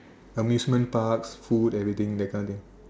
amusement parks food everything that one